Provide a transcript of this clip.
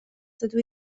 dydw